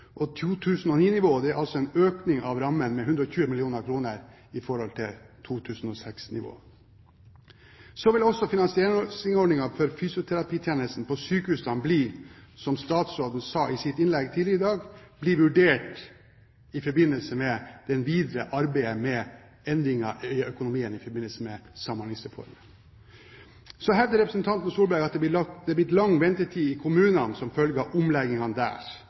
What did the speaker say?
er altså en økning av rammen med 120 mill. kr i forhold til 2006-nivå – vil bidra til dette. Så vil også finansieringsordningen for fysioterapitjenesten på sykehusene, som statsråden sa i sitt innlegg, bli vurdert i forbindelse med det videre arbeidet med endringene i økonomien i Samhandlingsreformen. Så hevder representanten Solberg at det er blitt lang ventetid i kommunene som følge av omleggingen der.